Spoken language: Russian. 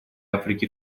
африки